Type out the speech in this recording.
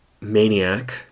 Maniac